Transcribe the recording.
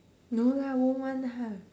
no lah won't one ha